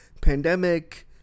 pandemic